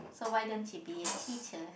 so why don't you be a teacher